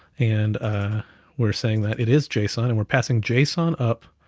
and were saying that it is json, and we're passing json up,